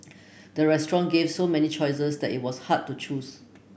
the restaurant gave so many choices that it was hard to choose